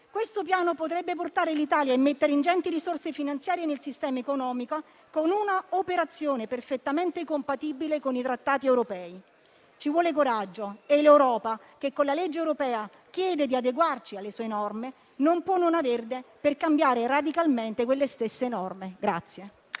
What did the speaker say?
Questo piano potrebbe portare l'Italia a immettere ingenti risorse finanziarie nel sistema economico, con un'operazione perfettamente compatibile con i trattati europei. Ci vuole coraggio e l'Europa, che con la legge europea chiede di adeguarci alle sue norme, non può non averne per cambiare radicalmente quelle stesse norme.